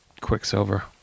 Quicksilver